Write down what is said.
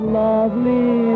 lovely